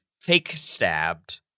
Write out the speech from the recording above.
fake-stabbed